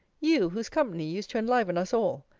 you, whose company used to enliven us all.